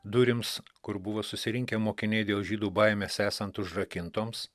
durims kur buvo susirinkę mokiniai dėl žydų baimės esant užrakintoms